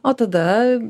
o tada